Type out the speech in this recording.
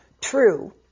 true